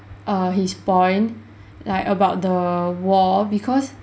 err his point like about the war because